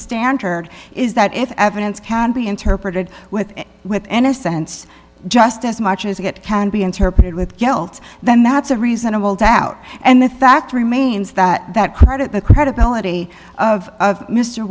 standard is that if evidence can be interpreted with within a sense just as much as it can be interpreted with guilt then that's a reasonable doubt and the fact remains that that credit the credibility of